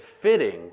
fitting